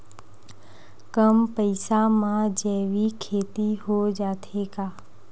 कम पईसा मा जैविक खेती हो जाथे का?